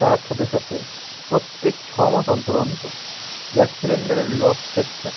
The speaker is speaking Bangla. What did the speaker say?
তার সাথে সাথে প্রত্যেক ছ মাস অন্তর অন্তর গ্যাস সিলিন্ডারের লক সেটটা